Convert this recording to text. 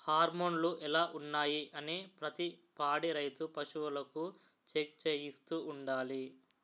హార్మోన్లు ఎలా ఉన్నాయి అనీ ప్రతి పాడి రైతు పశువులకు చెక్ చేయిస్తూ ఉండాలి